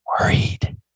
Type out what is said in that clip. Worried